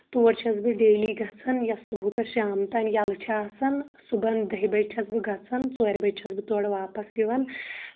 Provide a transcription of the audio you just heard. تور چھَس بہٕ ڈیلی گژھان یۄس صبُح پٮ۪ٹھ شام تام یلہٕ چھِ آسان صبُحن دہہِ بِجہِ چھَس بہٕ گژھان ژورِ بَجہِ چھَس بہٕ تورٕ واپَس یِوان